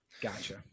Gotcha